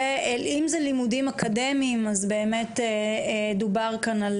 אם אלו לימודים אקדמיים אז באמת דובר כאן על